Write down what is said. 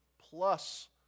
plus